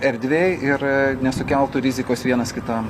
erdvėj ir nesukeltų rizikos vienas kitam